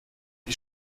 die